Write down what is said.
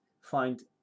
find